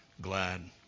glad